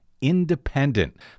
independent